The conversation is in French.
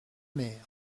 mère